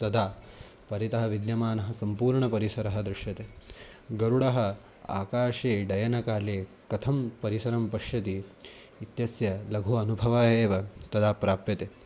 तदा परितः विद्यमानः सम्पूर्णः परिसरः दृश्यते गरुडः आकाशे डयनकाले कथं परिसरं पश्यति इत्यस्य लघुः अनुभवः एव तदा प्राप्यते